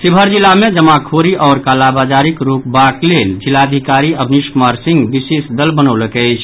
शिवहर जिला मे जमाखोरी आओर कालाबाजारी रोकबाक लेल जिलाधिकारी अवनीश कुमार सिंह विशेष दल बनौलक अछि